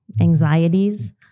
anxieties